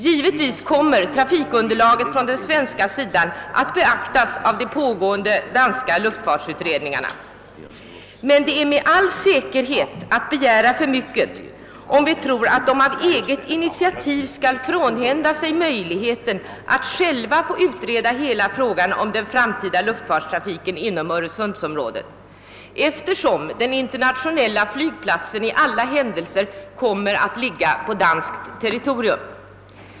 Givetvis kommer trafikunderlaget från den svenska sidan att beaktas av de pågående danska luftfartsutredningarna, men det är med all säkerhet att begära för mycket, om vi tror att de av eget initiativ skall frånhända sig möjligheten att själva få utreda hela frågan om den framtida lufttrafiken inom öresundsområdet, eftersom den internationella flygplatsen i alla händelser kommer att ligga på danskt territorium.